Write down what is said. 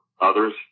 others